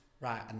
right